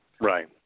Right